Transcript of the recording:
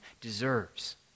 deserves